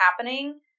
happening